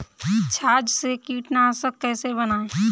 छाछ से कीटनाशक कैसे बनाएँ?